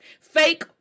fake